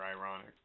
ironic